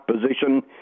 position